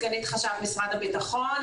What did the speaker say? אני סגנית חשב משרד הביטחון.